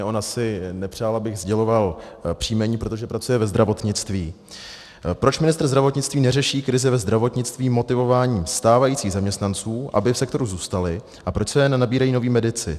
Ona si nepřála, abych sděloval příjmení, protože pracuje ve zdravotnictví: Proč ministr zdravotnictví neřeší krizi ve zdravotnictví motivováním stávajících zaměstnanců, aby v sektoru zůstali, a proč se nenabírají noví medici?